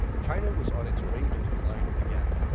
china was on its way to decline again.